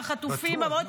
שהחטופים -- בטוח,